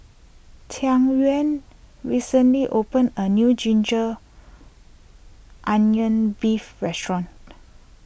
Tyquan recently opened a new Ginger Onion Beef restaurant